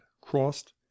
crossed